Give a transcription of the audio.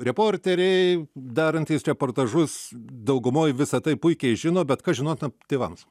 reporteriai darantys reportažus daugumoj visa tai puikiai žino bet kas žinotina tėvams